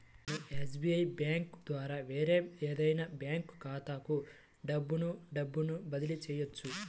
మనం SBI bank ద్వారా వేరే ఏదైనా బ్యాంక్ ఖాతాలకు డబ్బును డబ్బును బదిలీ చెయ్యొచ్చు